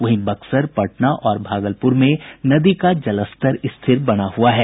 वहीं बक्सर पटना और भागलपूर में नदी का जलस्तर स्थिर बना हुआ है